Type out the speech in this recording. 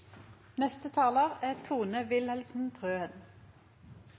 Neste taler er